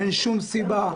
אין שום סיבה,